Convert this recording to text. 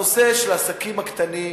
הנושא של העסקים הקטנים,